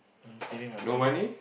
I'm saving my money